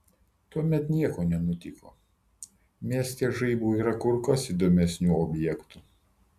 tuomet nieko nenutiko mieste žaibui yra kur kas įdomesnių objektų